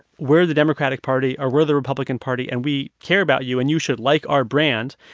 we're the democratic party or we're the republican party and we care about you and you should like our brand.